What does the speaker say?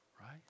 right